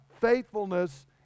faithfulness